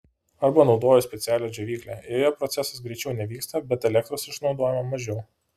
arba naudoju specialią džiovyklę joje procesas greičiau nevyksta bet elektros išnaudojama mažiau